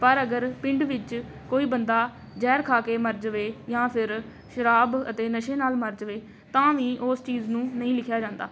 ਪਰ ਅਗਰ ਪਿੰਡ ਵਿੱਚ ਕੋਈ ਬੰਦਾ ਜ਼ਹਿਰ ਖਾ ਕੇ ਮਰ ਜਾਵੇ ਜਾਂ ਫਿਰ ਸ਼ਰਾਬ ਅਤੇ ਨਸ਼ੇ ਨਾਲ ਮਰ ਜਾਵੇ ਤਾਂ ਵੀ ਉਸ ਚੀਜ਼ ਨੂੰ ਨਹੀਂ ਲਿਖਿਆ ਜਾਂਦਾ